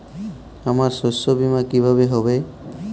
আমার শস্য বীমা কিভাবে হবে?